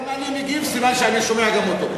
אם אני מגיב, סימן שאני שומע גם אותו.